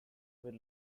were